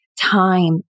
time